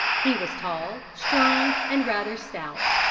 he was tall, strong, and rather stout,